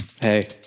Hey